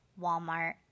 Walmart